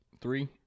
Three